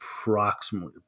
approximately